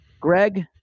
Greg